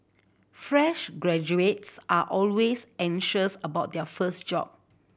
fresh graduates are always anxious about their first job